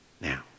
now